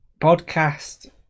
podcast